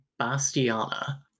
Bastiana